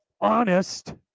honest